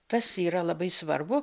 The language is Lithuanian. tas yra labai svarbu